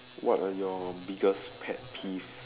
what are your biggest pet peeves